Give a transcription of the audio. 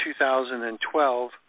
2012